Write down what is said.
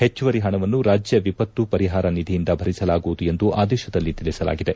ಹೆಚ್ಚುವರಿ ಹಣವನ್ನು ರಾಜ್ಣ ವಿಪತ್ತು ಪರಿಹಾರ ನಿಧಿಯಿಂದ ಭರಿಸಲಾಗುವುದು ಎಂದು ಆದೇತದಲ್ಲಿ ತಿಳಿಸಲಾಗಿದೆ